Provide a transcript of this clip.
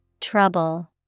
Trouble